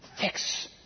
Fix